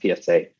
PSA